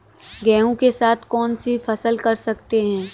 गेहूँ के साथ कौनसी फसल कर सकते हैं?